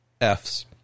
Fs